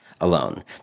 alone